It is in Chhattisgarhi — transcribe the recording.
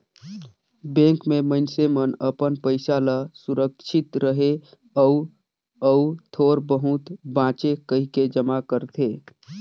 बेंक में मइनसे मन अपन पइसा ल सुरक्छित रहें अउ अउ थोर बहुत बांचे कहिके जमा करथे